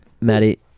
Maddie